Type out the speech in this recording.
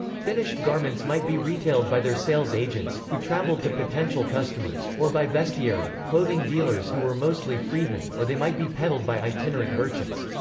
finished garments might be retailed by their sales agents, who travelled to potential customers, or by vestiarii, clothing dealers who were mostly freedmen or they might be peddled by itinerant merchants.